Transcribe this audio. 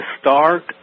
start